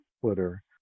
Twitter